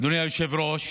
אדוני היושב-ראש,